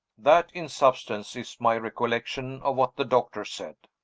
that, in substance, is my recollection of what the doctor said.